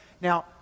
Now